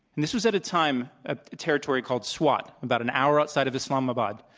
and this was at a time, a territory called swat, about an hour outside of islamabad,